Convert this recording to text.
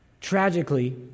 Tragically